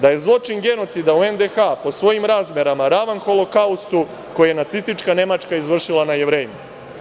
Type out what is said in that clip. Da je zločin genocida u NDH po svojim razmerama ravan holokaustu koji je Nacistička Nemačka izvršila nad Jevrejima.